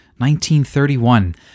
1931